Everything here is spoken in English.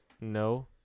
No